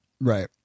Right